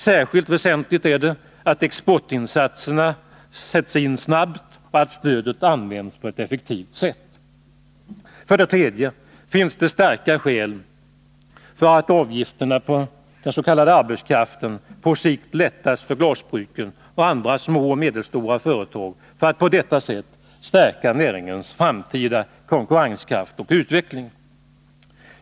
Särskilt väsentligt är det att exportinsatserna sätts in snart och att stödet används på ett effektivt sätt. Det finns också starka skäl för att avgifterna på arbetskraften på sikt lättas för glasbruken och andra små och medelstora företag för att man på detta sätt skall kunna stärka näringens framtida konkurrenskraft och utveckling.